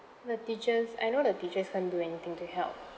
the teachers I know the teachers can't do anything to help